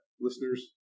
listeners